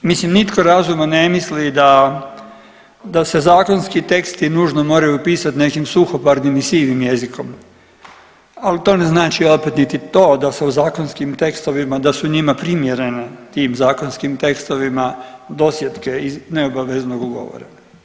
Mislim nitko razuman ne misli da se zakonski teksti nužno moraju pisati nekim suhoparnim i sivim jezikom, ali to ne znači opet niti to da se u zakonskim tekstovima da su njima primjerene tim zakonskim tekstovima dosjetke iz neobaveznog ugovora.